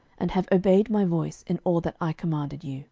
and have obeyed my voice in all that i commanded you